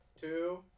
two